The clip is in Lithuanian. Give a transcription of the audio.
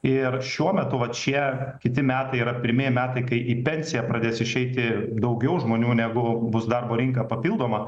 ir šiuo metu vat šie kiti metai yra pirmi metai kai į pensiją pradės išeiti daugiau žmonių negu bus darbo rinka papildoma